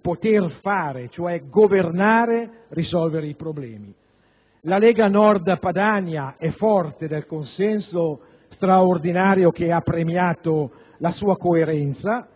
poter fare, cioè governare, risolvere i problemi. La Lega Nord Padania è forte del consenso straordinario che ha premiato la sua coerenza,